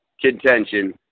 contention